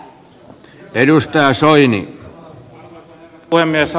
aloitetaan rkpstä